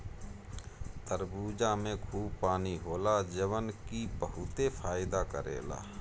तरबूजा में खूब पानी होला जवन की बहुते फायदा करेला